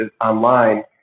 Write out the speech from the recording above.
online